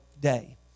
day